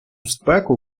спеку